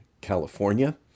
california